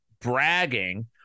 bragging